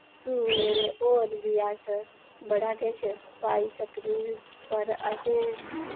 सोऐ और बी अस बड़ा किश पाई सकने न पर असैं